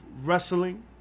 wrestling